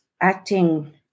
acting